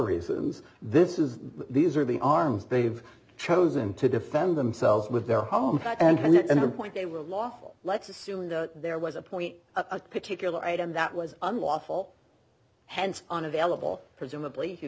reasons this is these are the arms they have chosen to defend themselves with their home and the point they were lawful lets assume there was a point a particular item that was unlawful hence unavailable presumably you